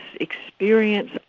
experience